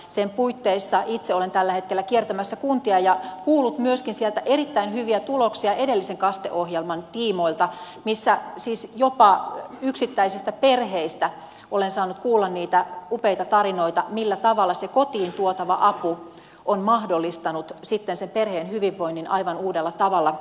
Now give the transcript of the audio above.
sen puitteissa itse olen tällä hetkellä kiertämässä kuntia ja kuullut myöskin sieltä erittäin hyviä tuloksia edellisen kaste ohjelman tiimoilta missä siis jopa yksittäisistä perheistä olen saanut kuulla niitä upeita tarinoita millä tavalla se kotiin tuotava apu on mahdollistanut sitten sen perheen hyvinvoinnin aivan uudella tavalla